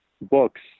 books